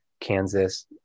Kansas